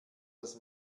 das